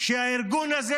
שהארגון הזה,